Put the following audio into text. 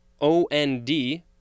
O-N-D